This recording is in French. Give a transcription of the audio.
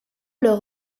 leur